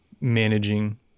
managing